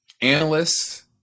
Analysts